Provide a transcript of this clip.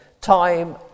time